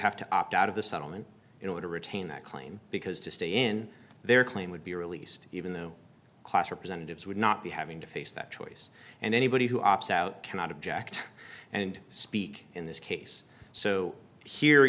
have to opt out of the settlement in order to retain that claim because to stay in their claim would be released even though class representatives would not be having to face that choice and anybody who opts out cannot object and speak in this case so here